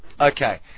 Okay